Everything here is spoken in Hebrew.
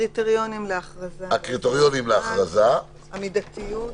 הקריטריונים להכרזה על אזור מוגבל, המידתיות.